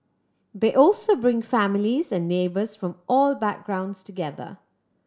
they also bring families and neighbours from all backgrounds together